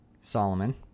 solomon